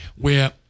where-